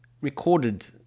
recorded